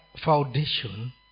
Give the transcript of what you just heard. foundation